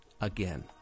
Again